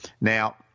Now